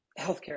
healthcare